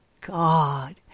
God